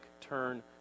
turn